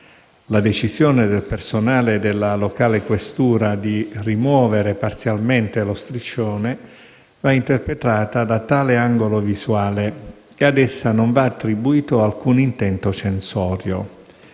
La decisione del personale della locale questura di rimuovere parzialmente lo striscione va interpretata da tale angolo visuale e ad essa non va attribuito alcun intento censorio.